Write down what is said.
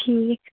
ٹھیٖک